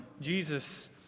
Jesus